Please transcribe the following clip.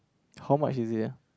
how much is it ah